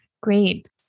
Great